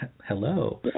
Hello